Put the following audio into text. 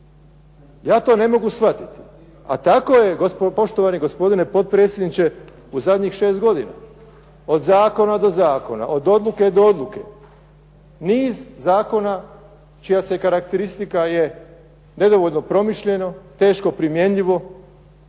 Ja to ne mogu shvatiti. A tako je poštovani gospodine potpredsjedniče, u zadnjih šest godina, od zakona do zakona, od odluke do odluke niz zakona čija se karakteristika je nedovoljno promišljeno, teško primjenjivo